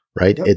right